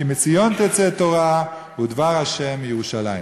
כי מציון תצא תורה ודבר ה' מירושלם".